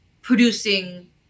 producing